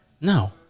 no